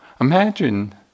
Imagine